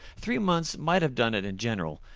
three months might have done it in general,